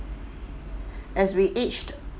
as we aged